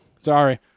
sorry